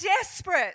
desperate